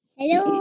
Hello